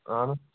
آہَن حظ